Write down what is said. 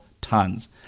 tons